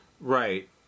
Right